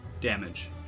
damage